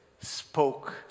spoke